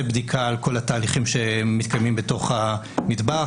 בדיקה על כל התהליכים שמתקיימים בתוך המטבח.